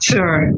Sure